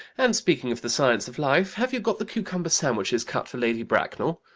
and, speaking of the science of life, have you got the cucumber sandwiches cut for lady bracknell?